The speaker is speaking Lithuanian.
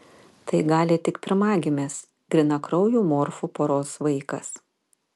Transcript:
tai gali tik pirmagimis grynakraujų morfų poros vaikas